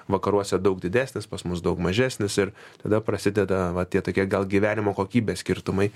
vakaruose daug didesnis pas mus daug mažesnis ir tada prasideda vat tie tokie gal gyvenimo kokybės skirtumai